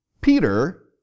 Peter